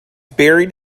buried